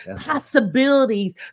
possibilities